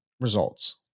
results